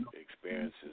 experiences